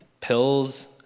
pills